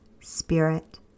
spirit